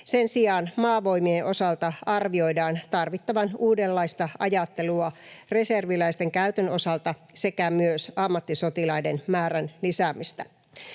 Sen sijaan Maavoimien osalta arvioidaan tarvittavan uudenlaista ajattelua reserviläisten käytön osalta sekä myös ammattisotilaiden määrän lisäämistä.